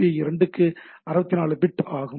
B 2 க்கு 64 bit ஆகும்